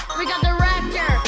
um we got the raptor,